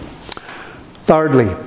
Thirdly